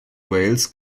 wales